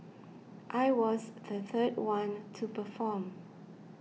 I was the third one to perform